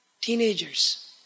teenagers